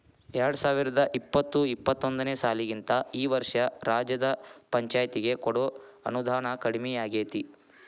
ಎರ್ಡ್ಸಾವರ್ದಾ ಇಪ್ಪತ್ತು ಇಪ್ಪತ್ತೊಂದನೇ ಸಾಲಿಗಿಂತಾ ಈ ವರ್ಷ ರಾಜ್ಯದ್ ಪಂಛಾಯ್ತಿಗೆ ಕೊಡೊ ಅನುದಾನಾ ಕಡ್ಮಿಯಾಗೆತಿ